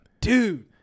Dude